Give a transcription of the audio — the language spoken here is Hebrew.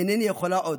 אינני יכולה עוד,